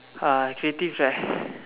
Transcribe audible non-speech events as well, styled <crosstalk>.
uh creative right <breath>